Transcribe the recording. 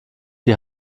die